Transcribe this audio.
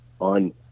on